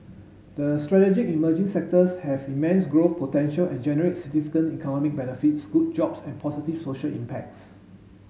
the strategic emerging sectors have immense growth potential and generate significant economic benefits good jobs and positive social impact